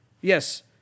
Yes